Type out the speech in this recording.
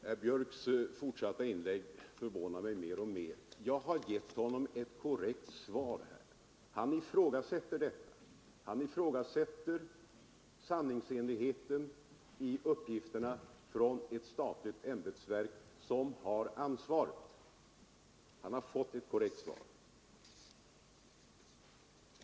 Herr talman! Herr Björcks fortsatta inlägg förvånar mig mer och mer. Jag har här gett honom ett korrekt svar. Han ifrågasätter detta. Han ifrågasätter sanningsenligheten i uppgifterna från ett statligt ämbetsverk som har ansvaret trots att han har fått ett korrekt svar.